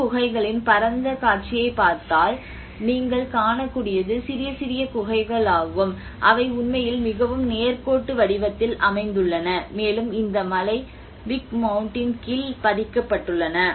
முழு குகைகளின் பரந்த காட்சியைப் பார்த்தால் நீங்கள் காணக்கூடியது சிறிய சிறிய குகைகள் ஆகும் அவை உண்மையில் மிகவும் நேர்கோட்டு வடிவத்தில் அமைந்துள்ளன மேலும் இந்த மலை பிக் மவுண்டின் கீழ் பதிக்கப்பட்டுள்ளன